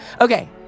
Okay